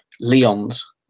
Leon's